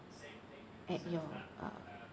at your uh